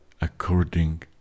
according